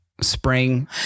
spring